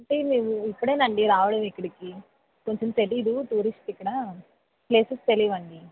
అంటే మేము ఇప్పుడేనండీ రావడం ఇక్కడకి కొంచెం తెలియదు టూరిస్ట్ ఇక్కడ ప్లేసస్ తెలియవండి